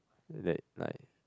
that like